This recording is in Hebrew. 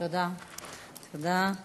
תודה.